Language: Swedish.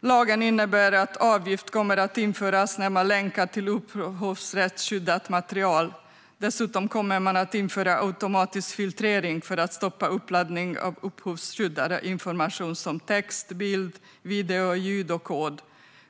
Lagen innebär att en avgift kommer att införas för att länka till upphovsrättsskyddat material. Dessutom kommer man att införa automatisk filtrering för att stoppa uppladdning av upphovsskyddad information som text, bild, video, ljud och kod.